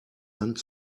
hand